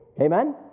Amen